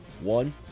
one